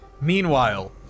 Meanwhile